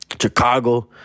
Chicago